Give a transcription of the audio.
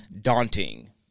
daunting